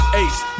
ace